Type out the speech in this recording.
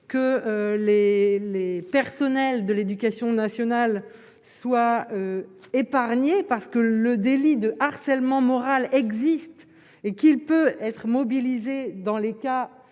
les les personnels de l'Éducation nationale soit épargné parce que le délit de harcèlement moral existe et qu'il peut être mobilisés dans les cas